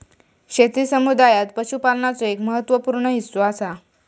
शेती समुदायात पशुपालनाचो एक महत्त्व पूर्ण हिस्सो असा